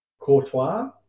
Courtois